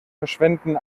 verschwenden